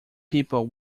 people